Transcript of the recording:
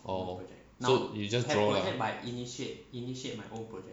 oh so you just draw lah